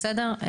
בסדר?